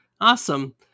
Awesome